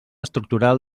estructural